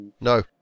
No